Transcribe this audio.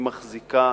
היא מחזיקה